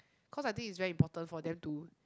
cause I think is very important for them to